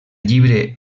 llibre